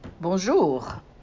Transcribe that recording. Bonjour